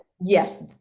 yes